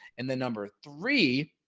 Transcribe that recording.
and then number three,